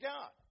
God